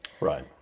Right